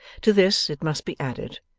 to this, it must be added,